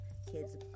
kids